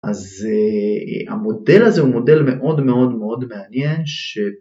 אז המודל הזה הוא מודל מאוד מאוד מאוד מעניין ש..